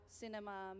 cinema